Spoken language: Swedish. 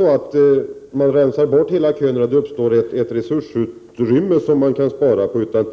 Om man rensar bort alla köer, så uppstår det inte ett resursutrymme som man kan utnyttja.